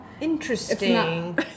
Interesting